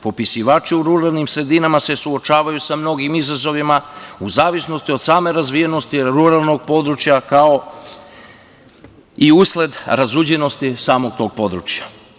Popisivači u ruralnim sredinama se suočavaju sa mnogim izazovima, u zavisnosti od same razvijenosti ruralnog područja, ako i usled razuđenosti samog tog područja.